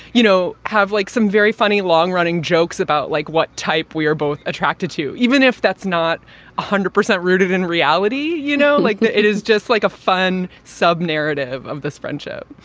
you know, have like some very funny long running jokes about like what type we are both attracted to, even if that's not one hundred percent rooted in reality. you know, like it is just like a fun sub narrative of this friendship